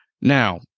Now